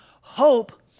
Hope